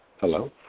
Hello